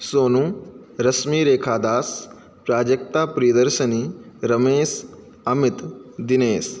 सोनुः रश्मिः रेखादासः प्राजक्ता प्रियदर्शनी रमेशः अमितः दिनेशः